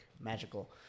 Magical